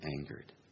angered